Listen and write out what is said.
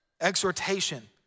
Exhortation